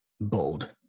bold